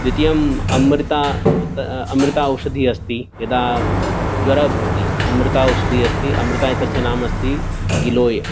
द्वितीयम् अमृता अमृता औषधी अस्ति यदा ज्वरः भवति अमृता औषधी अस्ति अमृता एतस्य नाम अस्ति गिलोय